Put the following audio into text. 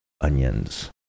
onions